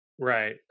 Right